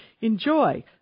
Enjoy